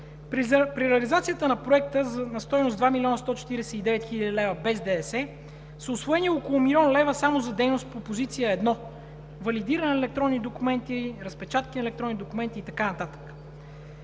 При реализацията на проекта на стойност 2 млн. 149 хил. лв. без ДДС са усвоени около милион лева само за дейност по позиция едно – валидиране на електронни документи, разпечатка на електронни документи и така